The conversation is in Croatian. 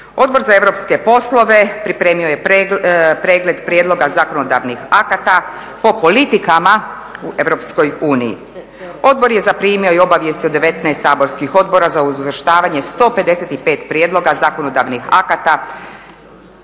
Odbor za europske poslove pripremio je pregled prijedloga zakonodavnih akata po politikama u Europskoj uniji. Odbor je zaprimio i obavijest o 19 saborskih za uvrštavanje 155 prijedloga zakonodavnih akata